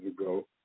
ago